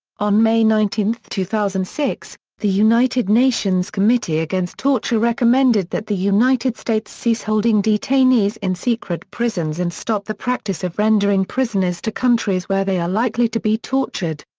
on may nineteen, two thousand and six, the united nations committee against torture recommended that the united states cease holding detainees in secret prisons and stop the practice of rendering prisoners to countries where they are likely to be tortured.